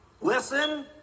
Listen